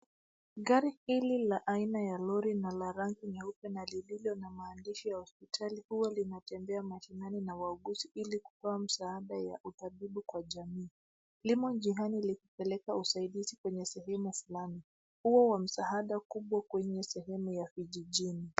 Gari hili la aina ya lori na la rangi nyeupe na lililo na maandishi ya hospitali huwa linatembea mashinani na wauguzi ili kutoa msaada wa utabibu kwa jamii. Limo njiani likipelekea usaidizi kwenye sehemu fulani. Huwa wa msaada kubwa kwenye sehemu ya vijijini.